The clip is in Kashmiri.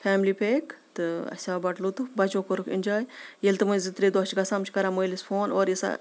فیملی پیک تہٕ اَسہِ آو بَڑٕ لُطُف بَچو کوٚرُکھ اِنجوے ییٚلہِ تِمَے زٕ ترٛےٚ دۄہ چھِ گژھان یِم چھِ کَران مٲلِس فون اور یہِ سا